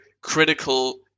critical